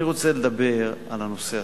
אני רוצה לדבר על הנושא עצמו.